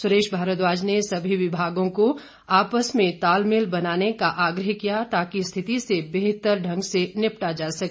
सुरेश भारद्वाज ने सभी विभागों को आपस में बनाने का आग्रह किया ताकि स्थिति से बेहतर तरीके से निपटा जा सके